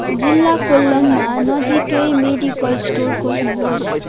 जिल्ला कोल्लममा नजिकै मेडिकल स्टोर खोज्नुहोस्